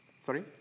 Sorry